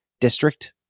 district